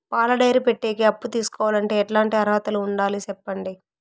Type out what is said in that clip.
పాల డైరీ పెట్టేకి అప్పు తీసుకోవాలంటే ఎట్లాంటి అర్హతలు ఉండాలి సెప్పండి?